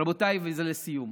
רבותיי, וזה לסיום,